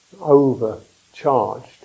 overcharged